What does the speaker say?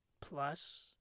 plus